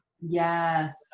yes